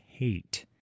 Hate